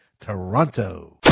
Toronto